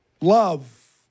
love